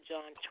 John